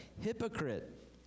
Hypocrite